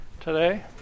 today